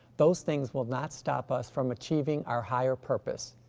those things will not stop us from achieving our higher purpose.